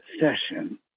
session